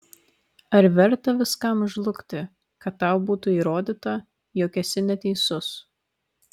ar verta viskam žlugti kad tau būtų įrodyta jog esi neteisus